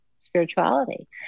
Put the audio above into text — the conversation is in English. spirituality